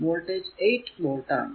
voltage 8 volt ആണ്